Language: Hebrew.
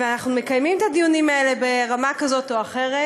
ואנחנו מקיימים את הדיונים האלה ברמה כזאת או אחרת.